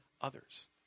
others